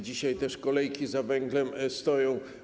Dzisiaj też kolejki za węglem stoją.